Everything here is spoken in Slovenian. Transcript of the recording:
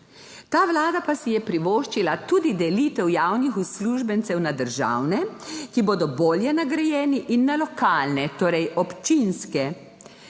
Ta Vlada pa si je privoščila tudi delitev javnih uslužbencev na državne, ki bodo bolje nagrajeni, in na lokalne, torej občinske,